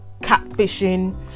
catfishing